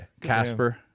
Casper